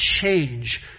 change